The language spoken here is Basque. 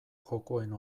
jokoen